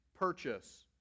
purchase